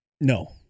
No